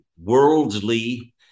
worldly